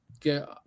get